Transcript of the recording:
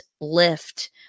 lift